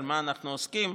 במה אנחנו עוסקים.